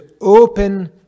open